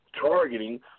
targeting